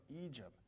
Egypt